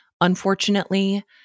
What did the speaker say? unfortunately